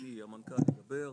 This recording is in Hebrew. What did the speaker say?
המנכ"ל ידבר,